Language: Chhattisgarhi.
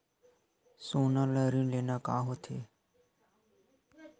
सोना ले ऋण लेना का होथे?